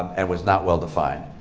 and was not well-defined,